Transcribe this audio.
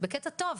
בקטע טוב,